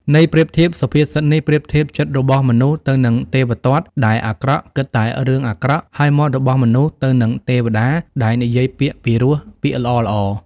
ន័យប្រៀបធៀប សុភាសិតនេះប្រៀបធៀបចិត្តរបស់មនុស្សទៅនឹងទេវទត្តដែលអាក្រក់ គិតតែរឿងអាក្រក់ ហើយមាត់របស់មនុស្សទៅនឹងទេវតា ដែលនិយាយពាក្យពីរោះ ពាក្យល្អៗ។